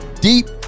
deep